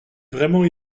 vraiment